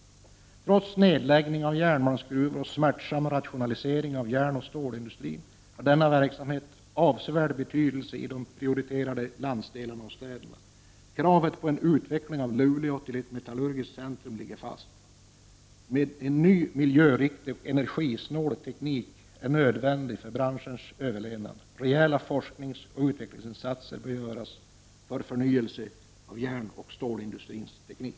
Trots nedläggningar av järnmalmsgruvor och smärtsam rationalisering av järnoch stålindustrin har denna verksamhet avsevärd betydelse i prioriterade landsdelar och städer. Kravet på en utveckling av Luleå till ett metallurgiskt centrum ligger fast. Men ny, miljöriktig och energisnål, teknik är nödvändig för branschens överlevnad. Rejäla forskningsoch utvecklingsinsatser bör göras för förnyelse av järnoch stålindustrins teknik.